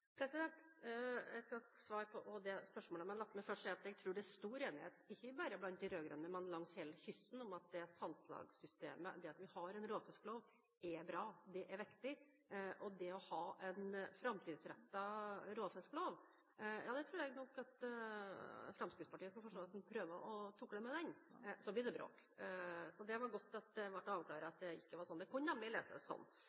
Jeg skal også svare på det spørsmålet. Men la meg først si at jeg tror det er stor enighet – ikke bare blant de rød-grønne, men langs hele kysten – om at salgslagssystemet, det at vi har en råfisklov, er bra. Det er viktig å ha en framtidsrettet råfisklov. Jeg tror nok Fremskrittspartiet skal få se at hvis en prøver å tukle med den, så blir det bråk. Så det var godt at det ble avklart at det ikke var sånn.